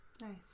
Nice